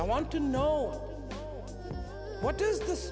i want to know what does this